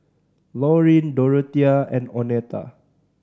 Lauryn Dorothea and Oneta